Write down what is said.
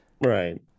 Right